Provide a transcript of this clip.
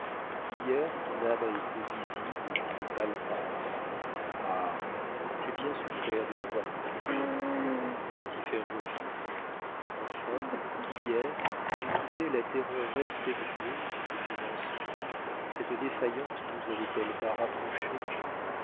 hier ton âme a été visible et palpable ah j'ai bien souffert de n'avoir pu t'ouvrir mon cœur pour t'y faire revivre enfin hier j'ai quitté la terreur respectueuse que tu m'inspires cette défaillance ne nous avait-elle pas rapprochés